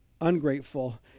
ungrateful